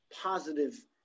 positive